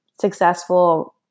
successful